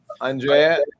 Andrea